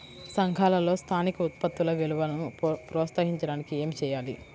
సంఘాలలో స్థానిక ఉత్పత్తుల విలువను ప్రోత్సహించడానికి ఏమి చేయాలి?